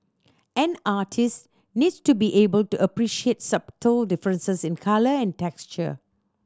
an artist needs to be able to appreciate subtle differences in colour and texture